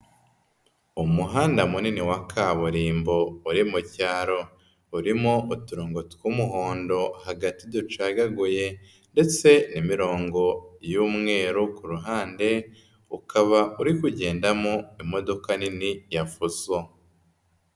Umuhanda munini wa kaburimbo uri mu cyaro, urimo uturongo tw'umuhondo hagati ducagaguye ndetse n'imirongo y'umweru, ku ruhande ukaba uri kugendamo imodoka nini ya Fuso.